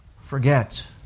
forget